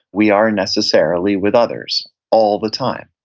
we are necessarily with others all the time,